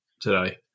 today